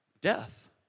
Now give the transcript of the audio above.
death